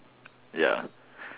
ya